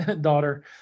daughter